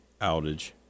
outage